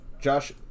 Josh